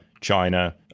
China